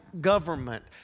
Government